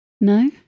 No